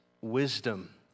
wisdom